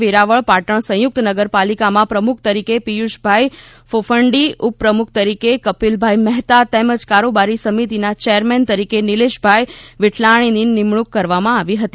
વેરાવળ પાટણ સંયુક્ત નગરપાલિકા માં પ્રમુખ તરીકે પીયુષ ભાઈ ફોફંડી ઉપપ્રમુખ તરીકે કપીલભાઈ મહેતા તેમજ કારોબારી સમિતીના ચેરમેન તરીકે નિલેશભાઈ વિઠલાણીની નિમણુંક કરવામાં આવી હતી